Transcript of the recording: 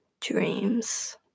Dreams